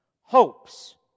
hopes